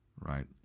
right